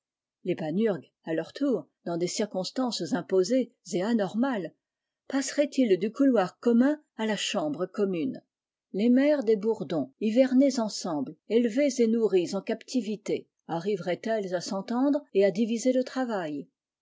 les panurgues à leur tour dans des circonstances imposées et anormales parseraient ils du couloir commun à la chambre commune les mères des bourdons hivernées ensemble élevées et nourries en captivité arriveraientftlles à s'entendre et à diviser le travail